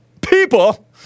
People